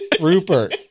Rupert